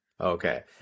Okay